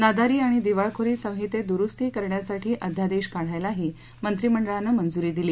नादारी आणि दिवाळखोरी संहितेत दुरुस्ती करण्यासाठी अध्यादेश काढायलाही मंत्रीमंडळानं मंजुरी दिली